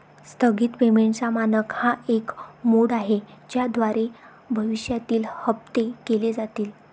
स्थगित पेमेंटचा मानक हा एक मोड आहे ज्याद्वारे भविष्यातील हप्ते केले जातील